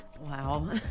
Wow